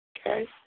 Okay